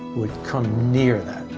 would come near that.